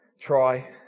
try